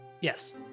Yes